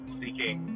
seeking